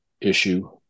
issue